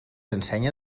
ensenya